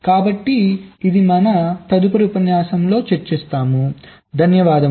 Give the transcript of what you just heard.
కాబట్టి ఇది మన తదుపరి ఉపన్యాసంలో చర్చిస్తాము